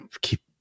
keep